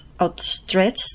outstretched